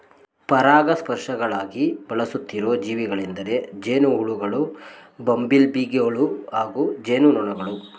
ಪರಾಗಸ್ಪರ್ಶಕಗಳಾಗಿ ಬಳಸುತ್ತಿರೋ ಜೀವಿಗಳೆಂದರೆ ಜೇನುಹುಳುಗಳು ಬಂಬಲ್ಬೀಗಳು ಹಾಗೂ ಜೇನುನೊಣಗಳು